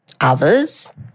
others